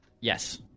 Yes